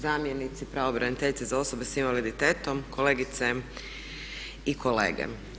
Zamjenici pravobraniteljice za osobe s invaliditetom, kolegice i kolege.